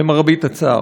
למרבה הצער.